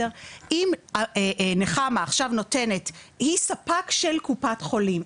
אם נחמה עכשיו נותנת - היא ספק של קופת חולים.